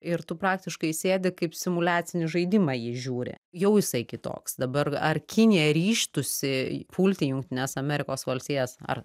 ir tu praktiškai sėdi kaip simuliacinį žaidimą jį žiūri jau jisai kitoks dabar ar kinija ryžtųsi pulti jungtines amerikos valstijas ar